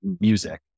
music